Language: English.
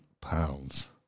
pounds